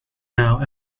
now